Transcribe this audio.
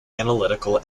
analytical